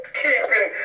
keeping